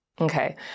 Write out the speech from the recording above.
Okay